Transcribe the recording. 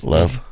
Love